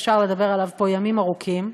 אפשר לדבר עליו פה ימים ארוכים: